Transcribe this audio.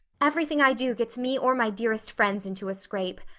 everything i do gets me or my dearest friends into a scrape.